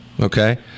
okay